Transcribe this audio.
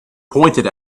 pointed